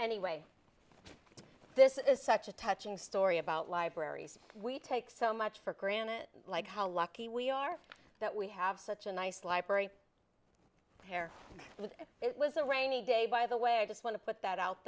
anyway this is such a touching story about libraries we take so much for granted like how lucky we are that we have such a nice library there with it was a rainy day by the way i just want to put that out